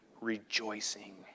rejoicing